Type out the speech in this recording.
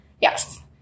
Yes